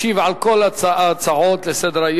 ישיב על כל ההצעות לסדר-היום